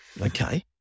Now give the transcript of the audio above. Okay